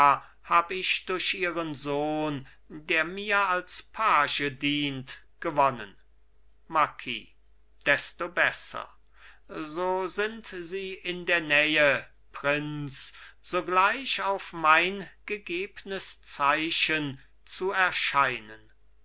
hab ich durch ihren sohn der mir als page dient gewonnen marquis desto besser so sind sie in der nähe prinz sogleich auf mein gegebnes zeichen zu erscheinen